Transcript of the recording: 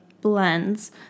blends